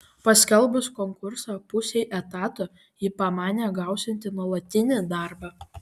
paskelbus konkursą pusei etato ji pamanė gausianti nuolatinį darbą